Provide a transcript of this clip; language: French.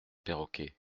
perroquet